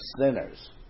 sinners